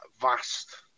vast